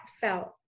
felt